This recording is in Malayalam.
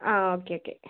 ആ ഓക്കെ ഓക്കെ